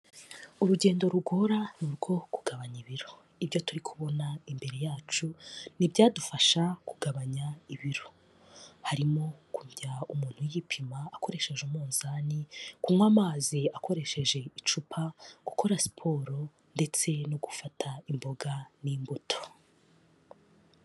Urugendo rugora ni urwo kugabanya ibiro. Ibyo turi kubona imbere yacu ni ibyadufasha kugabanya ibiro. Harimo kujya umuntu yipima akoresheje umunzani, kunywa amazi akoresheje icupa, gukora siporo ndetse no gufata imboga n'imbuto.